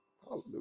Hallelujah